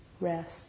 rest